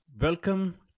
Welcome